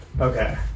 Okay